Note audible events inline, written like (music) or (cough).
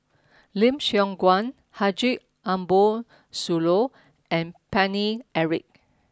(noise) Lim Siong Guan Haji Ambo Sooloh and Paine Eric